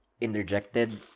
interjected